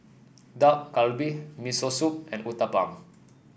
Dak Galbi Miso Soup and Uthapam